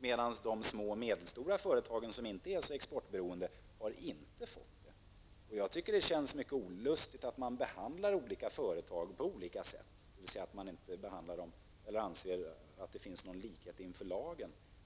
medan små och medelstora företag som inte är exportberoende inte har fått det. Jag tycker att det känns mycket olustigt att man behandlar olika företag på olika sätt, dvs. att man inte anser att det finns någon likhet inför lagen.